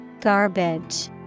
Garbage